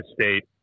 State